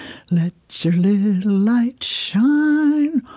let your little light shine,